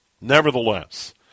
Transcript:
Nevertheless